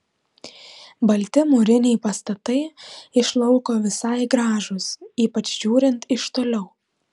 balti mūriniai pastatai iš lauko visai gražūs ypač žiūrint iš toliau